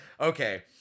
Okay